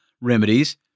remedies